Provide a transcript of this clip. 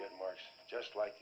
good marks just like